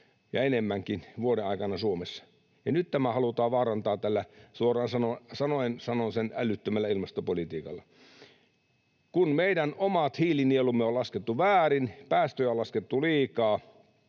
ja enemmänkin vuoden aikana Suomessa. Ja nyt tämä halutaan vaarantaa tällä — suoraan sanoen sanon sen — älyttömällä ilmastopolitiikalla. Kun meidän omat hiilinielumme on laskettu väärin, päästöjä on laskettu liikaa,